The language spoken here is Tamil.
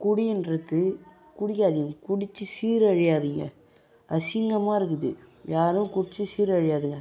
குடின்றது குடிக்காதீங்க குடிச்சு சீரழியாதீங்கள் அசிங்கமாக இருக்குது யாரும் குடிச்சு சீரழியாதீங்க